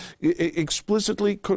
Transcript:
explicitly